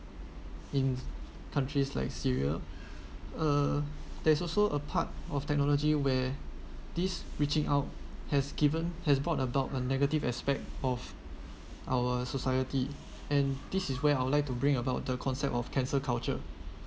in countries like syria uh there's also a part of technology where this reaching out has given has brought about a negative aspect of our society and this is where I would like to bring about the concept of cancel culture